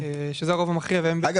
האמת